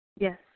Yes